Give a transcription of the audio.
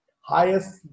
highest